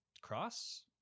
cross